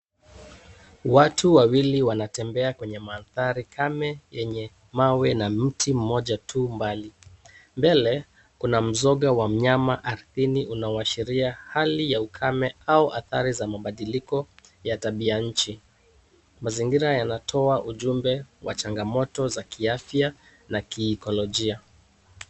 Watu wawili wanatembea kwa mandhari kame yenye mawe na mti mmoja tu mbali. Mbele kuna mzoga wa mnyama ardhini unaoashiria hali ya ukame au athari za mabadiliko ya tabia nchi. Mazingira yanatoa ujumbe wa changamoto za kiafya na kiikolojia.